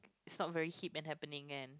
is not very hip and happening and